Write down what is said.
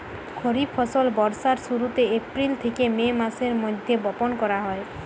খরিফ ফসল বর্ষার শুরুতে, এপ্রিল থেকে মে মাসের মধ্যে বপন করা হয়